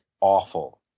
awful